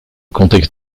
contexte